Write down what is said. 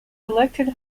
elected